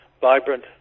vibrant